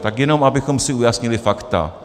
Tak jenom abychom si ujasnili fakta.